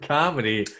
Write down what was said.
Comedy